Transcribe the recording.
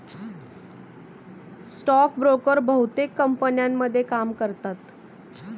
stock broker बहुतेक कंपन्यांमध्ये काम करतात